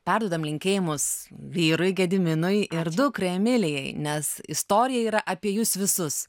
perduodam linkėjimus vyrui gediminui ir dukrai emilijai nes istorija yra apie jus visus